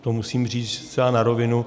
To musím říci zcela na rovinu.